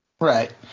Right